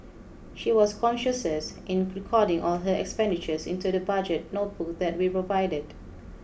she was conscientious in recording all her expenditures into the budget notebook that we provided